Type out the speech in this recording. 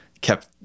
kept